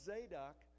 Zadok